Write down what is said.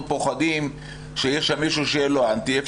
פוחדים שיש שם מישהו שיהיה לו אנטי,